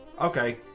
okay